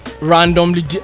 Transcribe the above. randomly